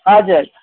हजुर